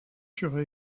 furent